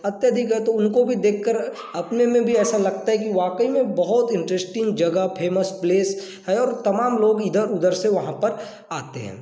अत्यधिक है तो उनको भी देखकर अपने में भी ऐसा लगता है कि वाकई में बहुत इंटरेस्टिंग जगह फेमस प्लेस है और तमाम लोग इधर उधर से वहाँ पर आते हैं